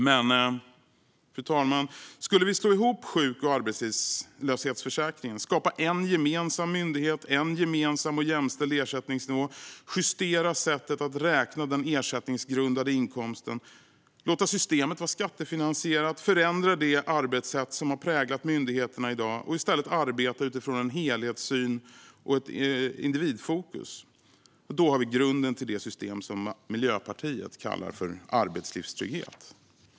Men, fru talman, om vi skulle slå ihop sjuk och arbetslöshetsförsäkringen och skapa en gemensam myndighet samt en gemensam och jämställd ersättningsnivå, justera sättet att räkna den ersättningsgrundande inkomsten, låta systemet vara skattefinansierat samt förändra det arbetssätt som har präglat myndigheterna i dag och i stället arbeta utifrån en helhetssyn och ett individfokus skulle vi ha grunden till det system som Miljöpartiet kallar arbetslivstrygghet.